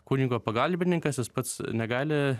kunigo pagalbininkas jis pats negali